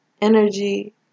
energy